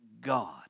God